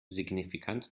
signifikant